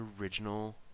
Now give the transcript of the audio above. original